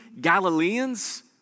Galileans